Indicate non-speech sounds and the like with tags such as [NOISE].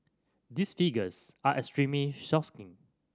these figures are extremely [UNINTELLIGIBLE]